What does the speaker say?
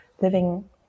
living